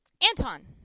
Anton